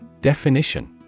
Definition